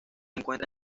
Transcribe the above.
encuentra